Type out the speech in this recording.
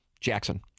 Jackson